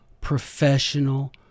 professional